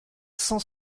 cent